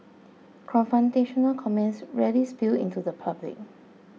confrontational comments rarely spill into the public